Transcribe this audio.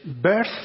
birth